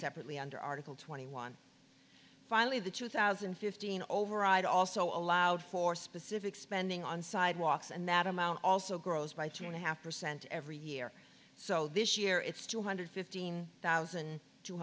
separately under article twenty one finally the two thousand and fifteen override also allowed for specific spending on sidewalks and that amount also grows by two and a half percent every year so this year it's two hundred fifteen thousand two